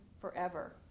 forever